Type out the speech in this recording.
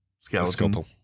Skeleton